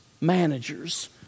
Managers